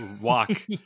walk